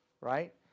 Right